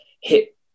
hit